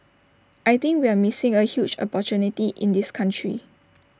I think we are missing A huge opportunity in this country